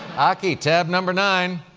aki, tab number nine.